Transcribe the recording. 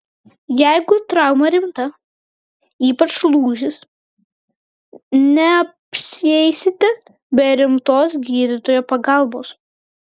jeigu trauma rimta ypač lūžis neapsieisite be rimtos gydytojo pagalbos